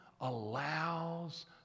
allows